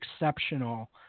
exceptional